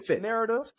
narrative